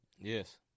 Yes